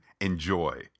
enjoy